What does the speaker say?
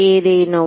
ஏதேனும்